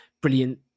brilliant